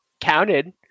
counted